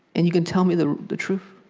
and you can tell me the the truth?